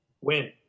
Win